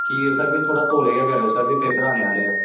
ठीक ऐ सर फिर तौले गै करेओ फिर पेपर आने आह्ले न सर